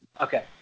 okay